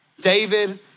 David